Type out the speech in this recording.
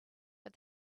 but